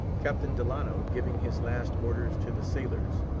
captain delano, giving his last orders to the sailors,